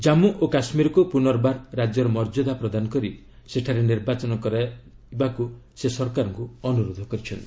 ଜାମ୍ମ ଓ କାଶ୍ୱୀରକୁ ପୁନର୍ବାର ରାଜ୍ୟର ମର୍ଯ୍ୟାଦା ପ୍ରଦାନ କରି ସେଠାରେ ନିର୍ବାଚନ କରାଯିବାକୁ ସେ ସରକାରଙ୍କୁ ଅନୁରୋଧ କରିଛନ୍ତି